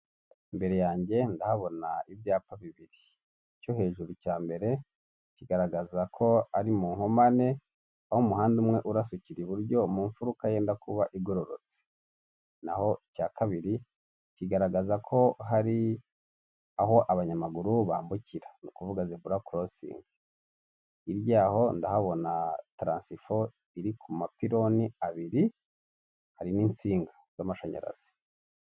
Imbere yanjye ndahabona ibyapa bibiri. Icyo hejuru cya mbere, kigaragaza ko ari mu nkomane; aho umuhande umwe urasukira iburyo mu mfuruka yenda kuba igororotse. Naho icya kabiri, kigaragaza ko hari aho abanyamaguru bambukira; ni ukuvuga zebura kurosingi. Hirya yaho ndahabona taransifo iri ku mapironi abiri. Hari n'insinga z'amashanyarazi.